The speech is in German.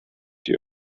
die